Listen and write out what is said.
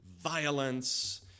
violence